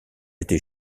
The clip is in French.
été